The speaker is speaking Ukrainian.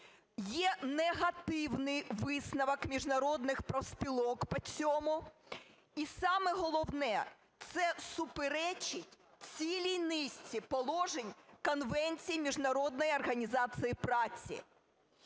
Є негативний висновок міжнародних профспілок по цьому. І саме головне - це суперечить цілій низці положень конвенції Міжнародної організації праці.